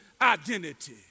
identity